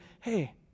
hey